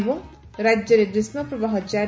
ଏବଂ ରାଜ୍ୟରେ ଗ୍ରୀଷ୍କପ୍ରବାହ କାରି